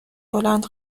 بلند